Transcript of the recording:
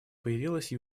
появилась